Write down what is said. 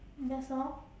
that's all